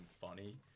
funny